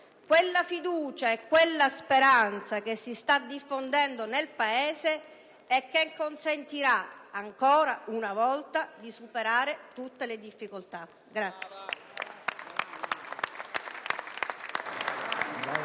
Quella fiducia e quella speranza che si sta diffondendo nel Paese e che consentirà ancora una volta di superare tutte le difficoltà.